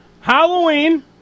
Halloween